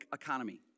economy